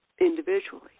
individually